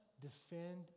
defend